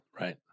right